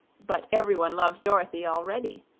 but every one loves dorothy already,